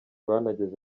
banageze